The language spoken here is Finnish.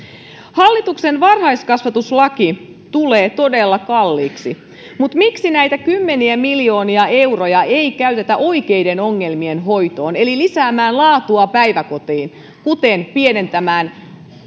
hallituksen varhaiskasvatuslaki tulee todella kalliiksi mutta miksi näitä kymmeniä miljoonia euroa ei käytetä oikeiden ongelmien hoitoon eli lisäämään laatua päiväkotiin kuten pienentämään